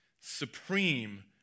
supreme